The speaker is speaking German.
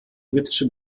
britische